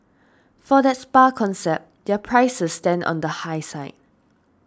for that spa concept their prices stand on the high side